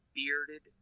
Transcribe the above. bearded